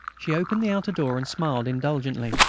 she opened the outer door, and smiled indulgently,